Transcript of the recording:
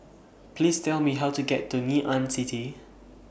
Please Tell Me How to get to Ngee Ann City